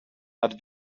had